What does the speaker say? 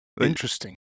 Interesting